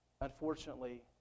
unfortunately